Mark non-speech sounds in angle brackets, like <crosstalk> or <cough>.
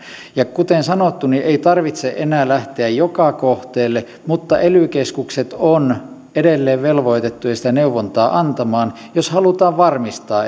ja kuten sanottu ei tarvitse enää lähteä joka kohteelle mutta ely keskukset ovat edelleen velvoitettuja sitä neuvontaa antamaan jos halutaan varmistaa <unintelligible>